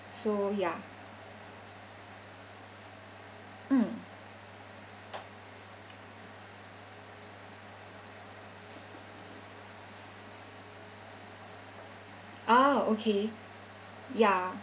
so ya mm ah okay ya